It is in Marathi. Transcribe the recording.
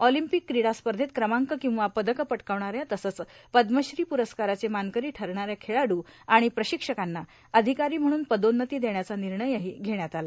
ऑलिम्पिक क्रीडा स्पर्धेत क्रमांक किंवा पदक पटकावणाऱ्या तसंच पद्मश्री पुरस्काराचे मानकरी ठरणाऱ्या खेळाडू आणि प्रशिक्षकांना अधिकारी म्हणून पदोन्नती देण्याचा निर्णयही घेण्यात आला